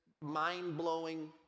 mind-blowing